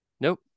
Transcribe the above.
Nope